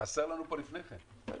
חסר לנו פה לפני כן.